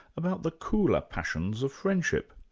about the cooler passions of friendship.